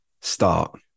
start